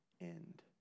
end